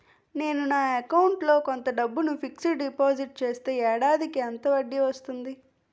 నేను నా అకౌంట్ లో కొంత డబ్బును ఫిక్సడ్ డెపోసిట్ చేస్తే ఏడాదికి ఎంత వడ్డీ వస్తుంది?